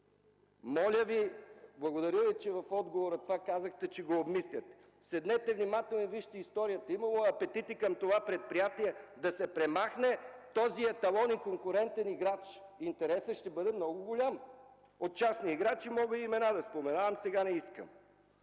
Благодаря, че в отговора казахте, че обмисляте това. Седнете внимателно и вижте историята. Имало е апетити към това предприятие – да се премахне този еталон и конкурентен играч. Интересът ще бъде много голям. От частните играчи мога да спомена и имена. Сега не искам.